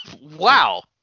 Wow